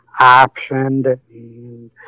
optioned